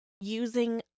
using